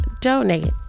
donate